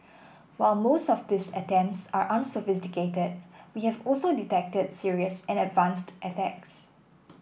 while most of these attempts are unsophisticated we have also detected serious and advanced attacks